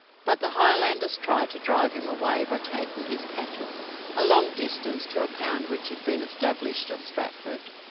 but the highlanders tried to drive him away by taking his cattle a long distance to a pound which had been established at stratford.